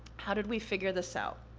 how did we figure this out?